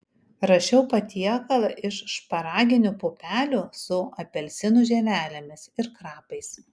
ruošiau patiekalą iš šparaginių pupelių su apelsinų žievelėmis ir krapais